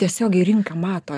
tiesiogiai rinką mato